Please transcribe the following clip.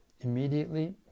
immediately